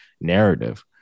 narrative